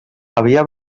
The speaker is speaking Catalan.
havia